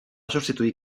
substituir